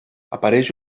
apareix